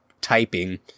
typing